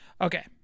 Okay